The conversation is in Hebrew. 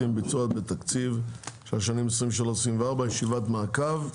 לביצוע בתקציב של השנים 2023-2024 ישיבת מעקב.